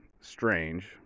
strange